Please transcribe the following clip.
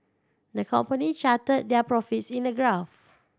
the company charted their profits in a graph